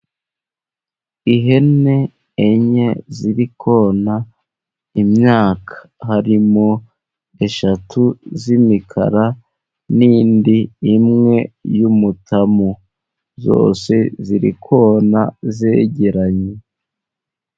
Ihene enye ziri kona imyaka, harimo eshatu z'imikara n'indi imwe y'umutamu, zose ziri kona zegeranye.